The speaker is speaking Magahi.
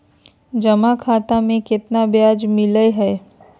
जमा खाता में केतना ब्याज मिलई हई?